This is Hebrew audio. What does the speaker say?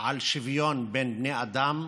על שוויון בין בני אדם,